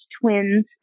twins